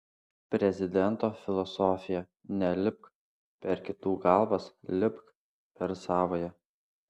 prezidento filosofija nelipk per kitų galvas lipk per savąją